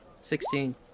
Sixteen